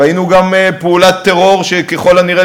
ראינו גם פעולת טרור שככל הנראה,